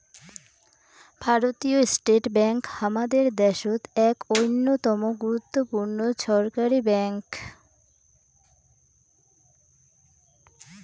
ভারতীয় state bank হামাদের দ্যাশোত এক অইন্যতম গুরুত্বপূর্ণ ছরকারি ব্যাঙ্ক